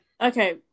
Okay